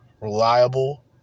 reliable